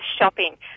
shopping